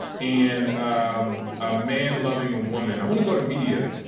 and um a man loving a woman. i want to go to media,